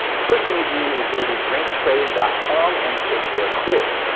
the first thing you do is go to drinktrade dot com and take their quiz.